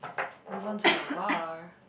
movement to the bar